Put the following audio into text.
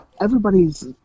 everybody's